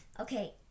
okay